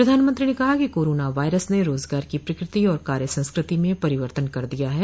प्रधानमंत्री ने कहा कि कोरोना वायरस ने रोजगार की प्रकृति और कार्य संस्कृति में परिवर्तन कर दिया है